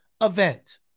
event